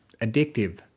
addictive